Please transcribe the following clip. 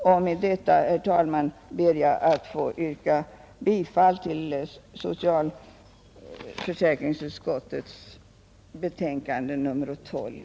Jag ber, herr talman, att få yrka bifall till socialförsäkringsutskottets hemställan i betänkande nr 12.